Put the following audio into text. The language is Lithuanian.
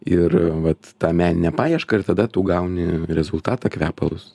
ir vat tą meninę paiešką ir tada tu gauni rezultatą kvepalus